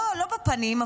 לא בפנים,